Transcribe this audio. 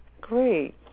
great